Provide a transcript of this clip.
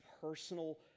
personal